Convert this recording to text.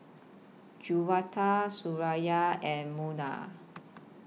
Juwita Suraya and Munah